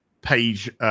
page